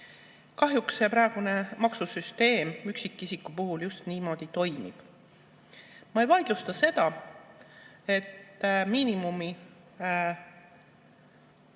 Kahjuks see praegune maksusüsteem üksikisiku puhul just niimoodi toimib. Ma ei vaidlusta seda, et miinimum